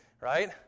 Right